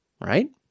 right